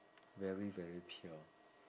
very very pure